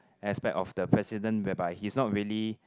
aspect of the President whereby he's not really